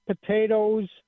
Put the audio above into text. potatoes